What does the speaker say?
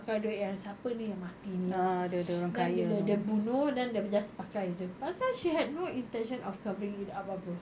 pakai duit yang siapa ni yang mati ni then bila dia bunuh then dia just pakai jer pasal she had no intention of covering it up apa